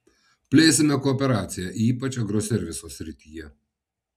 plėsime kooperaciją ypač agroserviso srityje